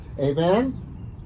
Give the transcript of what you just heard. Amen